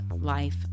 life